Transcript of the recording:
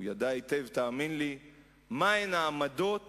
מהן העמדות